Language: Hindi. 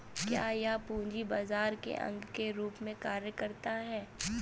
क्या यह पूंजी बाजार के अंग के रूप में कार्य करता है?